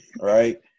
right